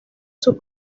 sus